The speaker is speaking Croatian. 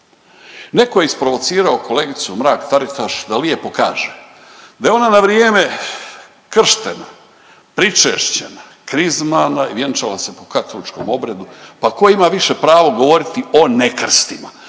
Netko je isprovocirao kolegicu Mrak Taritaš da lijepo kaže da je ona na vrijeme krštena, pričešćena, krizmana i vjenčala se po katoličkom obredu pa tko ima više pravo govoriti o nekrstima,